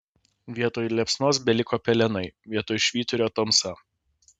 vietoj liepsnos beliko pelenai vietoj švyturio tamsa